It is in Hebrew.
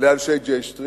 לאנשי J Street.